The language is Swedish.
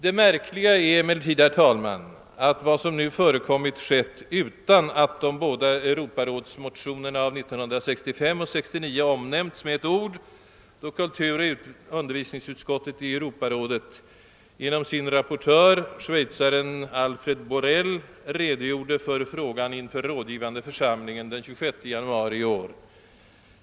Det märkliga är emellertid, herr talman, att vad som nu förekommit skett utan att de båda europarådsmotionerna av 1965 och 1969 omnämndes med ett ord, då kulturoch undervisningsutskottet i Europarådet genom sin rapportör, schweizaren Alfred Borel, redogjorde för frågan inför rådgivande församlingen den 26 januari i år.